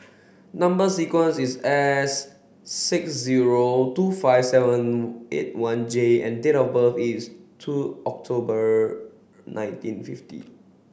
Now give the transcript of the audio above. number sequence is S six zero two five seven eight one J and date of birth is two October nineteen fifty